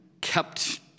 kept